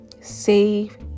save